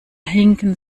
hinken